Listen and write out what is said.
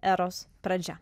eros pradžia